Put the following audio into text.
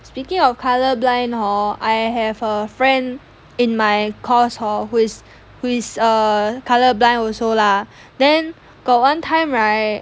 speaking of colour blind hor I have a friend in my course hor who is who is err colour-blind also lah then got one time right